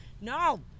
No